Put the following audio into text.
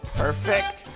perfect